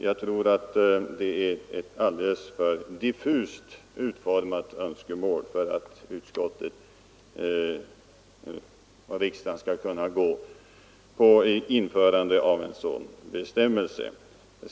Jag tycker att det är ett alldeles för diffust utformat önskemål för att riksdagen skall kunna införa en sådan bestämmelse.